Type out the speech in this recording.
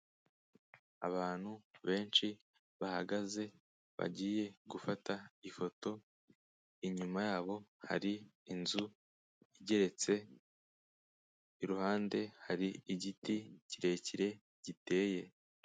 Abantu benshi bahagaze bagiye gufata ifoto, inyuma yabo hari inzu igeretse, iruhande hari igiti kirekire giteye.